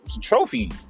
trophy